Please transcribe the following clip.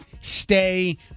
stay